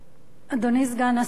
אדוני סגן השר,